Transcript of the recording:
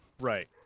Right